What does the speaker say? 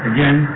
Again